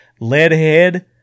LEADHEAD